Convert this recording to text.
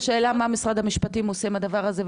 השאלה היא מה משרד המשפטים עושה עם הדבר הזה,